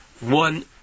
one